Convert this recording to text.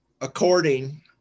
according